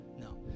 No